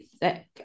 thick